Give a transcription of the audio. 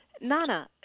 nana